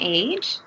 age